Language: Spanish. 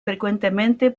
frecuentemente